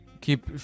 keep